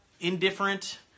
indifferent